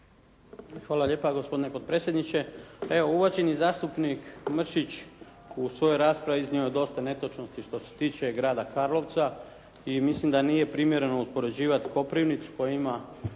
Hvala lijepa gospodine potpredsjedniče. Evo uvaženi zastupnik Mršić u svojoj raspravi iznio je dosta netočnosti što se tiče grada Karlovca i mislim da nije primjereno uspoređivati Koprivnicu koja ima